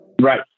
Right